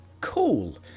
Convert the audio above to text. cool